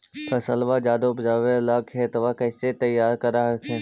फसलबा ज्यादा उपजाबे ला खेतबा कैसे तैयार कर हखिन?